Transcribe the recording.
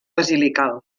basilical